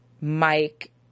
Mike